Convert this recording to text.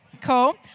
Cool